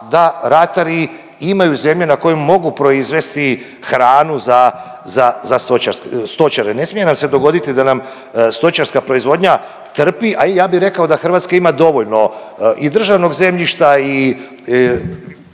da ratari imaju zemlje na kojoj mogu proizvesti hranu za stočare. Ne smije nam se dogoditi da nam stočarska proizvodnja trpi, a i ja bi rekao da Hrvatska ima dovoljno i državnog zemljišta i